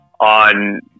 on